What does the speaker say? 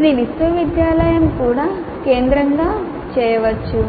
ఇది విశ్వవిద్యాలయం కూడా కేంద్రంగా చేయవచ్చు